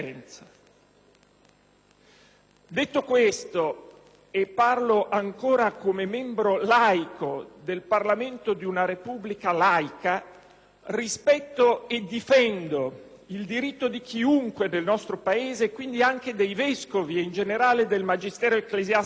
Detto questo, e parlo ancora come membro laico del Parlamento di una Repubblica laica, rispetto e difendo il diritto di chiunque, nel nostro Paese, quindi anche dei vescovi e in generale del magistero ecclesiastico cattolico,